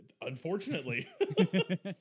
Unfortunately